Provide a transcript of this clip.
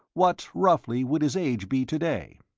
what, roughly, would his age be to-day?